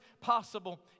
possible